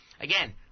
again